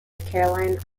caroline